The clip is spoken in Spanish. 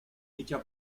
dicha